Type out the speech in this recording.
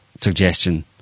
suggestion